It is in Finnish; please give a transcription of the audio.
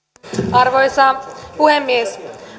arvoisa puhemies